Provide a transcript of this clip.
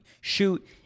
shoot